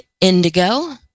indigo